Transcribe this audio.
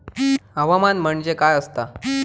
हवामान म्हणजे काय असता?